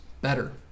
better